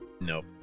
Nope